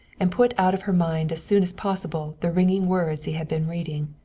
and put out of her mind as soon as possible the ringing words he had been reading.